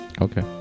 Okay